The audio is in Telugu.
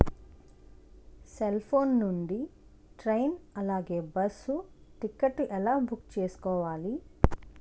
సెల్ ఫోన్ నుండి ట్రైన్ అలాగే బస్సు టికెట్ ఎలా బుక్ చేసుకోవాలి?